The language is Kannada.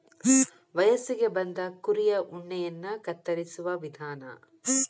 ವಯಸ್ಸಿಗೆ ಬಂದ ಕುರಿಯ ಉಣ್ಣೆಯನ್ನ ಕತ್ತರಿಸುವ ವಿಧಾನ